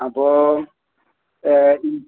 അപ്പോൾ